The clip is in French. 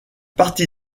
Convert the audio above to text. partie